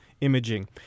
Imaging